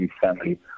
Family